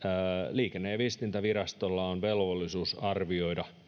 liikenne ja ja viestintävirastolla on velvollisuus arvioida